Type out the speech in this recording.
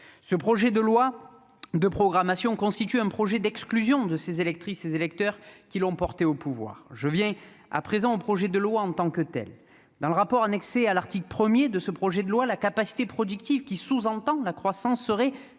ce projet de loi de programmation constitue un projet d'exclusion de ses électrices, les électeurs qui l'ont porté au pouvoir, je viens à présent au projet de loi en tant que telle dans le rapport annexé à l'article 1er de ce projet de loi la capacité productive qui sous-entend la croissance serait,